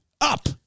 up